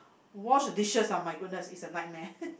wash the dishes are my goddess is a nightmare